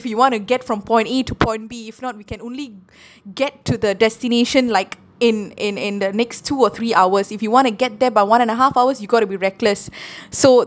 if you want to get from point a to point b if not we can only get to the destination like in in in the next two or three hours if you want to get there by one and a half hours you got to be reckless so